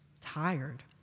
tired